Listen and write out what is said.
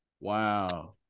Wow